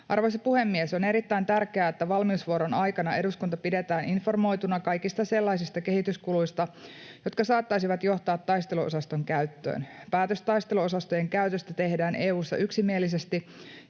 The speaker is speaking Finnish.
Arvoisa puhemies! On erittäin tärkeää, että valmiusvuoron aikana eduskunta pidetään informoituna kaikista sellaisista kehityskuluista, jotka saattaisivat johtaa taisteluosaston käyttöön. Päätös taisteluosastojen käytöstä tehdään EU:ssa yksimielisesti,